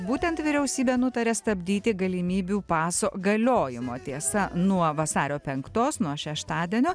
būtent vyriausybė nutarė stabdyti galimybių paso galiojimo tiesa nuo vasario penktos nuo šeštadienio